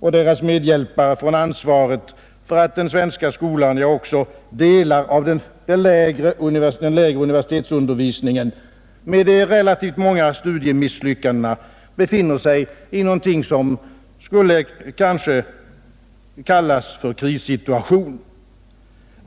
och deras medhjälpare från ansvaret för att den svenska skolan, ja, också delar av den lägre universitetsundervisningen med de relativt många studiemisslyckandena, befinner sig i någonting som skulle kunna kallas en krissituation.